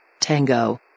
Tango